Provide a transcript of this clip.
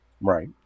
Right